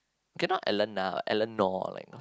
cannot Eleana what Eleanor